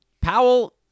Powell